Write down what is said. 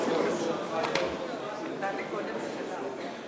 מרצ להביע אי-אמון בממשלה לא נתקבלה.